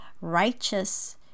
righteous